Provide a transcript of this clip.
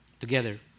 Together